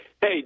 Hey